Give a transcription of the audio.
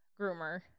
groomer